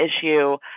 issue